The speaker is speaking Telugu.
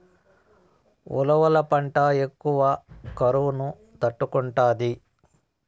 ఉలవల పంట ఎక్కువ కరువును తట్టుకుంటాది